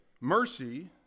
Mercy